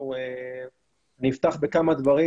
אנחנו נפתח בכמה דברים